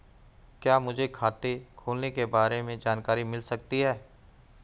क्या मुझे खाते खोलने के बारे में जानकारी मिल सकती है?